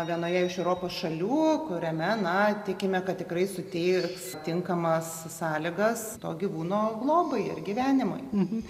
vienoje iš europos šalių kuriame na tikime kad tikrai suteiks tinkamas sąlygas to gyvūno globai ir gyvenimui